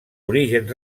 orígens